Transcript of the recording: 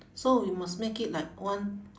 so we must make it like one